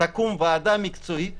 תקום ועדה מקצועית